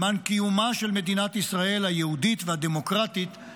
למען קיומה של מדינת ישראל היהודית והדמוקרטית,